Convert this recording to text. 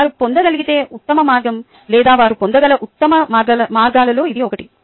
వారు పొందగలిగే ఉత్తమ మార్గం లేదా వారు పొందగల ఉత్తమ మార్గాలలో ఇది ఒకటి